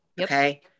Okay